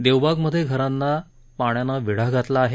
देवबागमध्ये घरांना पाण्यानं वेढा घातला आहे